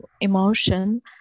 emotion